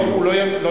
לא ידוע לו.